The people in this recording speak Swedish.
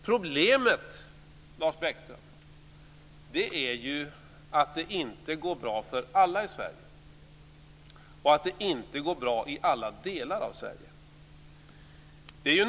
Problemet, Lars Bäckström, är att det inte går bra för alla i Sverige och i alla delar av Sverige.